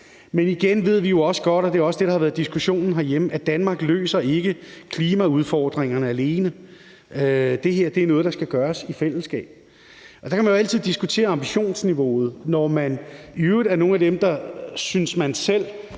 Men igen ved vi jo også godt, og det er også det, der har været diskussionen herhjemme, at Danmark ikke løser klimaudfordringerne alene. Det her er noget, der skal gøres i fællesskab. Der kan man jo altid diskutere ambitionsniveauet, når man i øvrigt er nogle af dem, der, synes man selv,